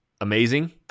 amazing